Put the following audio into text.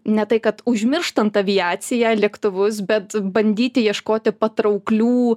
ne tai kad užmirštant aviaciją lėktuvus bet bandyti ieškoti patrauklių